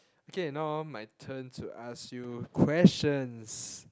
okay now my turn to ask you questions